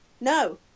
No